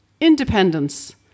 Independence